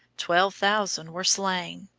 twelve thousand were slain,